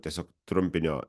tiesiog trumpinio